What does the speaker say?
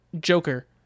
Joker